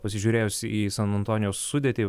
pasižiūrėjus į san antonijaus sudėtį